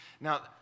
Now